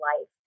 life